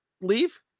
leave